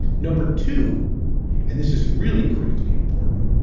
number two and this is really critically important,